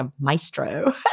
maestro